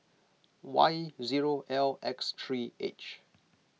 Y zero L X three H